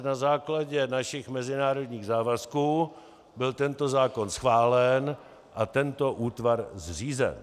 V roce 1996 na základě našich mezinárodních závazků byl tento zákon schválen a tento útvar zřízen.